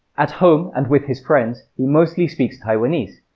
at home and with his friends, he mostly speaks taiwanese.